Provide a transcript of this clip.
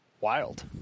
wild